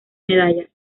medallas